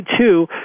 two